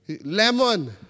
lemon